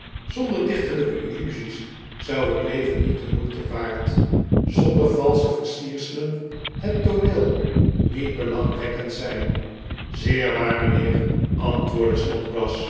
zonder dichterlijke illusies zou het leven niet de moeite waard zonder valsche versierselen het tooneel niet belangwekkend zijn zeer waar mijnheer antwoordde